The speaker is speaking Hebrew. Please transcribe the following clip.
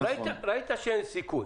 ראית שאין סיכוי